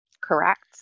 Correct